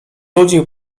ludzi